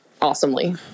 awesomely